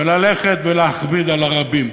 וללכת ולהכביד על הרבים.